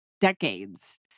decades